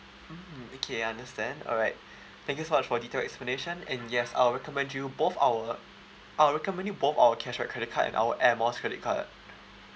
mm okay I understand alright thank you so much for detailed explanation and yes I'll recommend you both our I'll recommend you both our cashback credit card and our air miles credit card